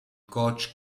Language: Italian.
coach